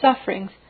sufferings